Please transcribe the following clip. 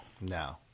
No